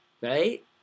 right